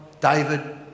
David